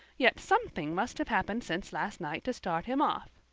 yet something must have happened since last night to start him off.